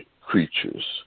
creatures